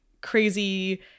crazy